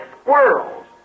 squirrels